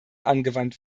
angewandt